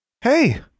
Hey